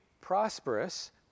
prosperous